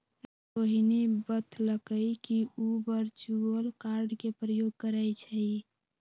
रोहिणी बतलकई कि उ वर्चुअल कार्ड के प्रयोग करई छई